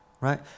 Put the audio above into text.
Right